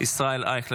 ישראל אייכלר.